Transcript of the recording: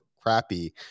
crappy